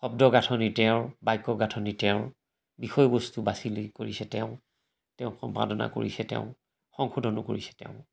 শব্দ গাঁথনি তেওঁৰ বাক্য গাঁথনি তেওঁৰ বিষয়বস্তু বাচি লৈ কৰিছে তেওঁ তেওঁ সম্পাদনা কৰিছে তেওঁ সংশোধনো কৰিছে তেওঁ